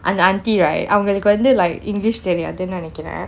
அந்த:antha auntie right அவங்களுக்கு வந்து:avankalukka vanthu like english தெரியாது:theriyathu